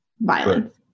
violence